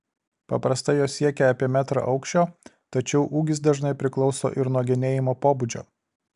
paprastai jos siekia apie metrą aukščio tačiau ūgis dažnai priklauso ir nuo genėjimo pobūdžio